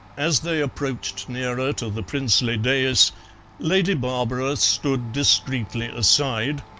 as they approached nearer to the princely dais lady barbara stood discreetly aside,